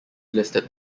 listed